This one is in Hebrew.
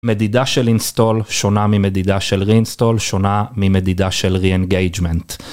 מדידה של install שונה ממדידה של reinstall שונה ממדידה של re-engagement.